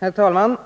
Herr talman!